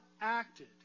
acted